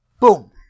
Boom